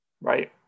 Right